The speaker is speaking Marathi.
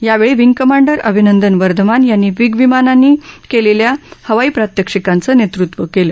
या वेळी विंग कमांडर अभिनंदन वर्धमान यांनी मिग विमानांनी केलेल्या हवाई प्रात्याक्षिकांचे नेतृत्व केलं